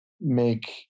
make